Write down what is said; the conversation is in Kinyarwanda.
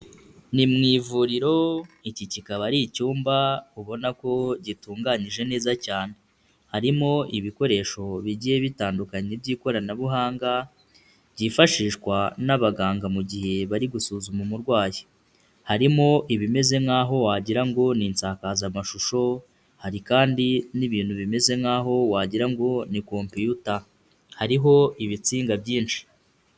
Ni mu ivuriro iki kikaba ari icyumba ubona ko gitunganyije neza cyane. Harimo ibikoresho bigiye bitandukanye by'ikoranabuhanga byifashishwa n'abaganga mu gihe bari gusuzuma umurwayi. Harimo ibimeze nk'aho wagira ngo ni isakazamashusho, hari kandi n'ibintu bimeze nk'aho wagira ngo ni computer, hariho ibitsinga byinshi.